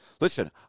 listen